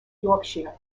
yorkshire